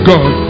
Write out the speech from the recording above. God